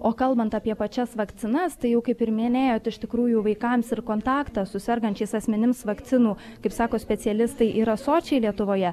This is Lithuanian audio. o kalbant apie pačias vakcinas tai jau kaip ir minėjot iš tikrųjų vaikams ir kontaktą su sergančiais asmenims vakcinų kaip sako specialistai yra sočiai lietuvoje